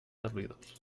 servidors